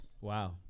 Wow